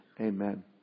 Amen